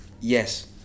yes